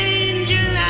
angel